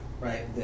right